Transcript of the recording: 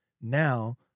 now